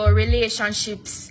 relationships